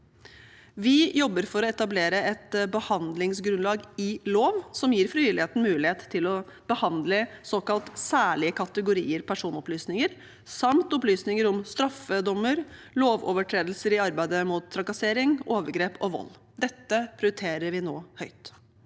Vi jobber for å etablere et behandlingsgrunnlag i lov som gir frivilligheten mulighet til å behandle såkalt særlige kategorier personopplysninger samt opplysninger om straffedommer og lovovertredelser i arbeidet mot trakassering, overgrep og vold. Dette prioriterer vi nå høyt.